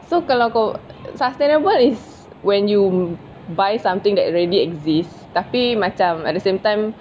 so kalau kau sustainable is when you buy something that already exists tapi macam at the same time